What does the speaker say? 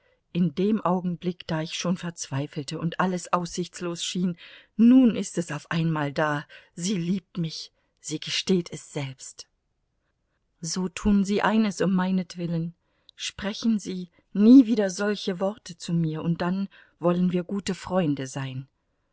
in dem augenblick da ich schon verzweifelte und alles aussichtslos schien nun ist es auf einmal da sie liebt mich sie gesteht es selbst so tun sie eines um meinetwillen sprechen sie nie wieder solche worte zu mir und dann wollen wir gute freunde sein